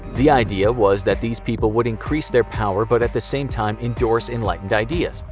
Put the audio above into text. the idea was, that these people would increase their power but at the same time endorse enlightened ideas.